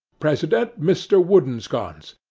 president mr. woodensconce.